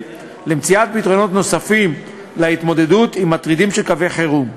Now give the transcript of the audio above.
למציאת פתרונות נוספים להתמודדות עם מטרידים של קווי חירום.